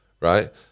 right